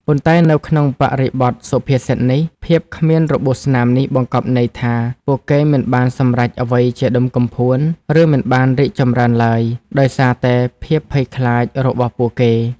ប៉ុន្តែនៅក្នុងបរិបទសុភាសិតនេះ ភាពគ្មានរបួសស្នាមនេះ បង្កប់ន័យថា ពួកគេមិនបានសម្រេចអ្វីជាដុំកំភួន ឬមិនបានរីកចម្រើនឡើយ ដោយសារតែភាពភ័យខ្លាចរបស់ពួកគេ។